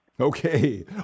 Okay